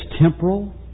temporal